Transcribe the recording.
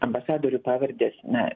ambasadorių pavardės na